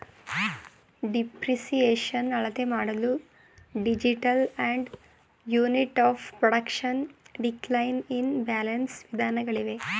depreciation ಅಳತೆಮಾಡಲು digital and unit of production, decline in balance ವಿಧಾನಗಳಿವೆ